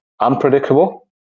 unpredictable